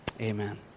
Amen